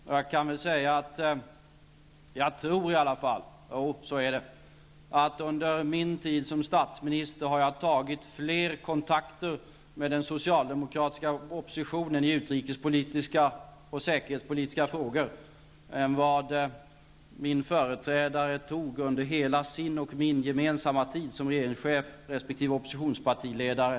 Och jag tror i alla fall -- jo, så är det -- att under min tid som statsminister har jag tagit fler kontakter med oppositionen i utrikespolitiska och säkerhetspolitiska frågor än vad min företrädare tog under de fem år då han var regeringschef och jag var oppositionspartiledare.